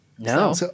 No